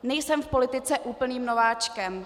Nejsem v politice úplným nováčkem.